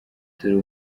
dore